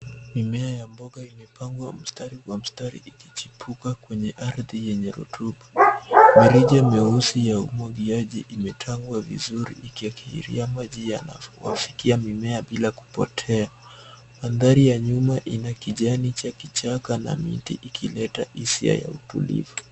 Mimea ya mboga imepangwa mstari wa mstari ikichipuka kwenye ardhi yenye rutuba, mirija meusi ya umwagiaji imetangwa vizuri ikiabiria maji ya kufikia mimea bila kupotea. Mandhari ya nyuma ina kijani cha kichaka na miti ikileta hisia ya utulivu.